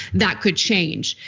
that could change.